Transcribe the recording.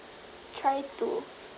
try to